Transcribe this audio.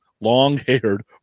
long-haired